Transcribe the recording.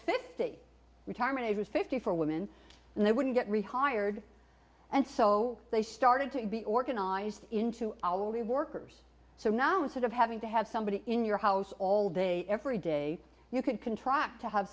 fifty retirement ages fifty for women and they wouldn't get rehired and so they started to be organized into hourly workers so now instead of having to have somebody in your house all day every day you could contract to have